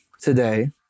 today